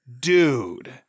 dude